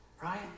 Right